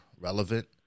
relevant